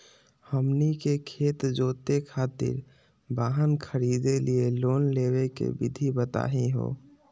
हमनी के खेत जोते खातीर वाहन खरीदे लिये लोन लेवे के विधि बताही हो?